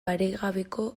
paregabeko